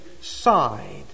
side